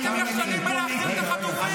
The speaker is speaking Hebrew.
אתם נכשלים בלהחזיר את החטופים.